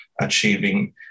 achieving